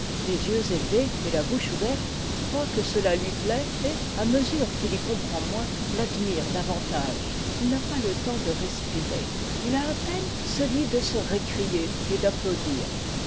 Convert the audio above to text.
les yeux élevés et la bouche ouverte croit que cela lui plaît et à mesure qu'il y comprend moins l'admire davantage il n'a pas le temps de respirer il a à peine celui de se récrier et d'applaudir